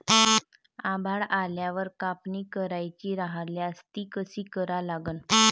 आभाळ आल्यावर कापनी करायची राह्यल्यास ती कशी करा लागन?